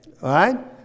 right